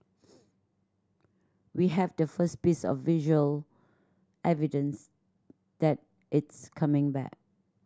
we have the first piece of visual evidence that it's coming back